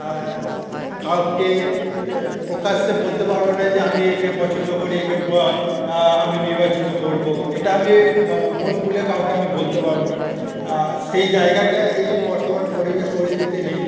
কাউকে প্রকাশ্যে বলতে পারবো না যে আমি একে পছন্দ করি একে আমি নির্বাচিত করবো এটা আমি মন খুলে কাউকে আমি বলতে পারবো না সেই জায়গাটা এই বর্তমান পরিবেশ পরিস্থিতি নেই